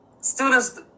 students